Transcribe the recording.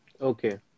Okay